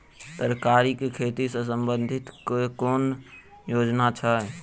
तरकारी केँ खेती सऽ संबंधित केँ कुन योजना छैक?